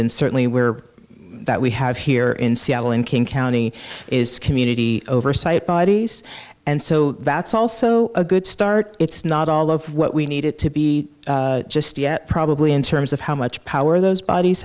in certainly were that we have here in seattle and king county is community oversight bodies and so that's also a good start it's not all of what we need it to be just yet probably in terms of how much power those bodies